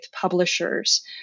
publishers